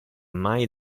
mai